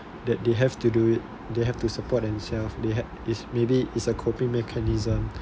that they have to do it they have to support themselves they had is maybe is a coping mechanism